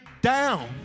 down